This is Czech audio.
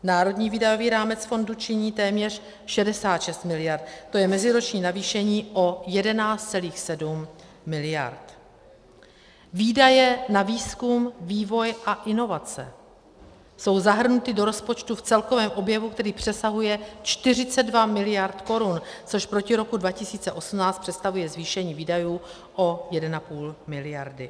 Národní výdajový rámec fondu činí téměř 66 mld., to je meziroční navýšení o 11,7 mld. Výdaje na výzkum, vývoj a inovace jsou zahrnuty do rozpočtu v celkovém objemu, který přesahuje 42 mld. korun, což proti roku 2018 představuje zvýšení výdajů o 1,5 mld.